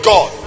God